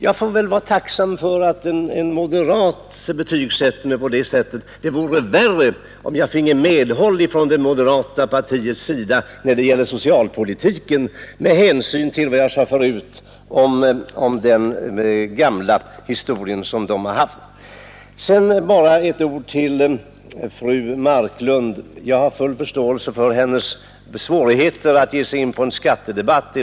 Jag får väl vara tacksam för att en moderat betygsätter mig på det sättet. Det vore värre om jag fick medhåll från det moderata partiets sida när det gäller socialpolitiken med hänsyn till vad jag sade förut om partiets inställning tidigare. Sedan vill jag bara säga några ord till fru Marklund. Jag har full förståelse för hennes svårigheter att ge sig in i en skattedebatt.